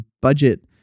budget